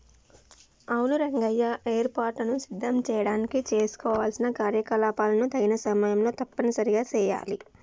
అవును రంగయ్య ఏర్పాటులను సిద్ధం చేయడానికి చేసుకోవలసిన కార్యకలాపాలను తగిన సమయంలో తప్పనిసరిగా సెయాలి